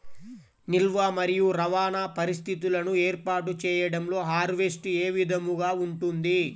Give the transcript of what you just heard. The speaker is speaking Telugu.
నిల్వ మరియు రవాణా పరిస్థితులను ఏర్పాటు చేయడంలో హార్వెస్ట్ ఏ విధముగా ఉంటుంది?